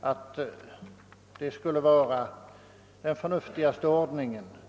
att det skulle vara den förnuftigaste ordningen.